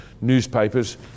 newspapers